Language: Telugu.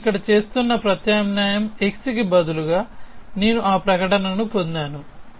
నేను ఇక్కడ చేస్తున్న ప్రత్యామ్నాయం x కి బదులుగా నేను ఆ ప్రకటనను పొందాను